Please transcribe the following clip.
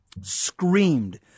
screamed